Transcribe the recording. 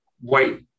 white